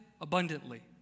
abundantly